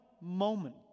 moment